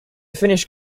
finnish